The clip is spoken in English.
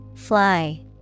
Fly